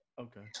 Okay